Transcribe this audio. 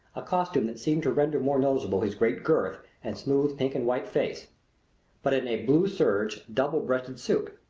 a costume that seemed to render more noticeable his great girth and smooth pink-and-white face but in a blue serge, double-breasted suit,